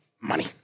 Money